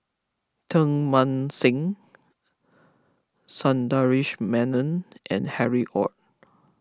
Teng Mah Seng Sundaresh Menon and Harry Ord